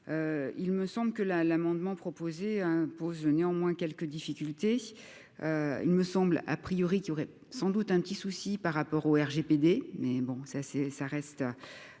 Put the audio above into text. il me semble que la l'amendement proposé impose néanmoins quelques difficultés, il me semble, a priori, qui aurait sans doute un petit souci par rapport au RGPD mais bon, ça c'est